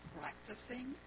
practicing